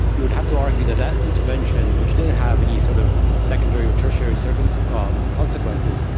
you would have to argue that that intervention, which didn't have any sort of secondary or tertiary so kind of um consequences,